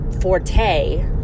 forte